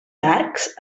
arcs